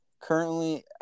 currently